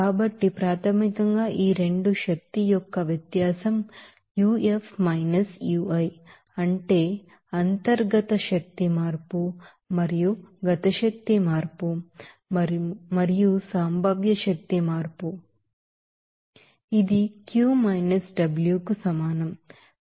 కాబట్టి ప్రాథమికంగా ఈ రెండు శక్తియొక్క వ్యత్యాసం Uf Ui అంటే ఇంటర్నల్ ఎనర్జీ మార్పు మరియు కైనెటిక్ ఎనర్జీ మార్పు మరియు సంభావ్య శక్తి మార్పు మీకు తెలుసు ఇది Q Wకు సమానం